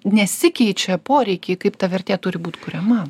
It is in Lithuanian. nesikeičia poreikiai kaip ta vertė turi būt kuriama